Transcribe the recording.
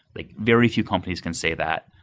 like very few companies can say that.